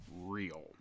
real